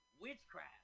Witchcraft